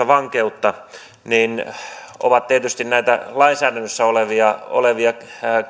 vankeutta ovat tietysti näitä lainsäädännössä olevia olevia